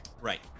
Right